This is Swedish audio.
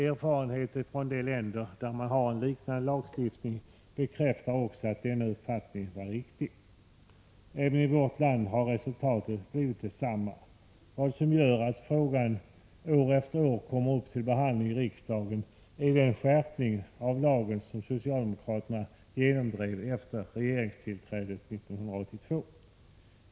Erfarenheterna från de länder där man har en liknande lagstiftning bekräftar också att denna uppfattning var riktig. Även i vårt land har resultatet blivit detsamma. Det som gör att frågan år efter år kommer upp till behandling i riksdagen är den skärpning av lagen som socialdemokraterna genomdrev efter regeringstillträdet 1982.